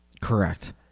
Correct